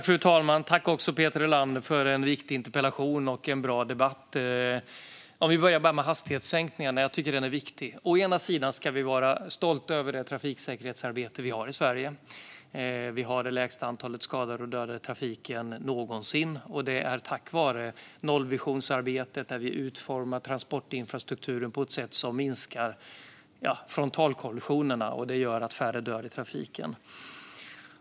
Fru talman! Jag tackar Peter Helander för en viktig interpellation och en bra debatt. Diskussionen om hastighetssänkningarna tycker jag är viktig. Vi ska vara stolta över det trafiksäkerhetsarbete vi har i Sverige. Vi har det lägsta antalet skadade och döda i trafiken någonsin. Det är tack vare nollvisionsarbetet, där vi utformar transportinfrastrukturen på ett sätt som minskar frontalkollisionerna. Det gör att färre dör i trafiken.